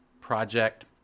project